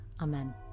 Amen